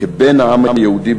כבן העם היהודי,